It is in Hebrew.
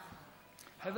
חבר